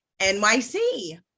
nyc